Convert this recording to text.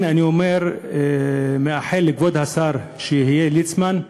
אני מאחל לכבוד השר שיהיה, ליצמן,